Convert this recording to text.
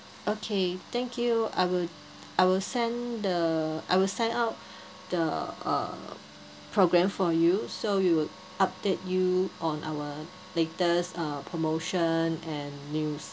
okay thank you I will I will send the I will send out the uh program for you so we will update you on our latest uh promotion and news